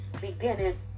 beginning